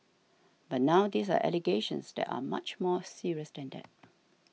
but now these are allegations that are much more serious than that